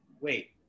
wait